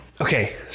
Okay